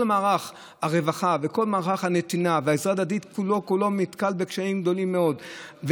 כל מערך הרווחה וכל מערך הנתינה והעזרה ההדדית נתקל בקשיים גדולים מאוד,